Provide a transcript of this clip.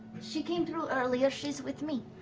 she came through earlier. she's with me.